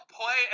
play